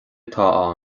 atá